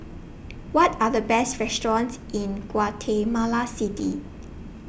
What Are The Best restaurants in Guatemala City